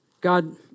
God